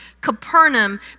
Capernaum